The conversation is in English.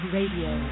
Radio